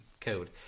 code